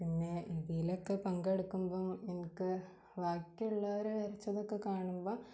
പിന്നെ ഇതിലെക്കെ പങ്കെടുക്കുമ്പം എൻക്ക് വാക്കിയുള്ളവരെ വരച്ചതക്കെ കാണുമ്പം